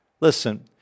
Listen